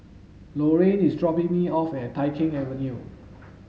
Laraine is dropping me off at Tai Keng Avenue